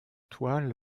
toile